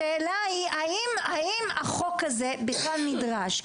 השאלה היא האם החוק הזה בכלל נדרש,